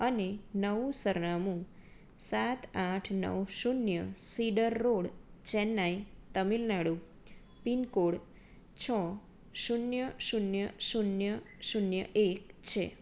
અને નવું સરનામું સાત આઠ નવ શૂન્ય cedar road Chennai Tamil Nadu pin code છ શૂન્ય શૂન્ય શૂન્ય શૂન્ય એક છે